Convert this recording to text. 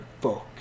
book